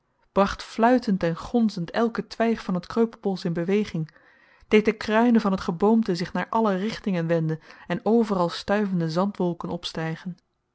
bracht fluitend en gonzend elke twijg van het kreupelbosch in beweging deed de kruinen van het geboomte zich naar alle richtingen wenden en overal stuivende zandwolken opstijgen